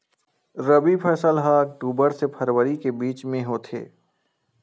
रबी फसल हा अक्टूबर से फ़रवरी के बिच में होथे